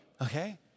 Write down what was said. okay